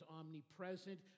omnipresent